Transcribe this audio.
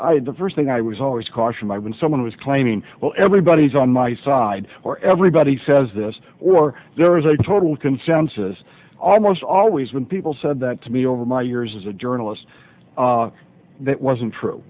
did the first thing i was always caution by when someone was claiming well everybody's on my side or everybody says this or there is a total consensus almost always when people said that to me over my years as a journalist that wasn't true